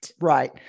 right